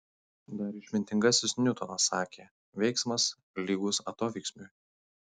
dar išmintingasis niutonas sakė veiksmas lygus atoveiksmiui